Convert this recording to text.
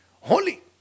holy